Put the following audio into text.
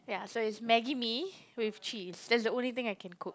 ya so is Maggi-Mee with cheese that's the only thing I can cook